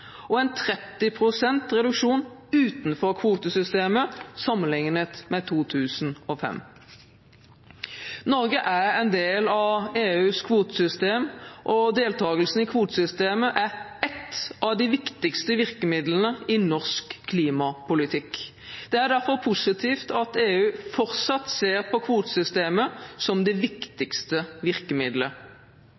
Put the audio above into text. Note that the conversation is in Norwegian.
Norge er en del av EUs kvotesystem, og deltagelsen i kvotesystemet er et av de viktigste virkemidlene i norsk klimapolitikk. Det er derfor positivt at EU fortsatt ser på kvotesystemet som det